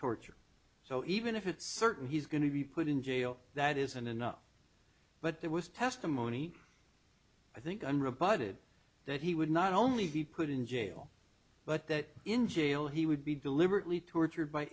torture so even if it's certain he's going to be put in jail that isn't enough but there was testimony i think on rebutted that he would not only be put in jail but that in jail he would be deliberately tortured by